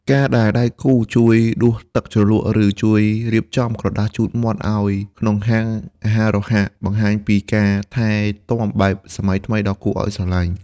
ការដែលដៃគូជួយដួសទឹកជ្រលក់ ឬជួយរៀបចំក្រដាសជូតមាត់ឱ្យក្នុងហាងអាហាររហ័ស បង្ហាញពីការថែទាំបែបសម័យថ្មីដ៏គួរឱ្យស្រឡាញ់។